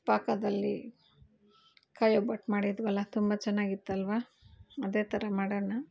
ಪಾಕದಲ್ಲಿ ಕಾಯಿ ಒಬ್ಬಟ್ಟು ಮಾಡಿದ್ವಲ್ಲ ತುಂಬ ಚೆನ್ನಾಗಿತ್ತಲ್ವ ಅದೇ ಥರ ಮಾಡೋಣ